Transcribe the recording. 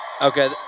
Okay